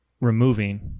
removing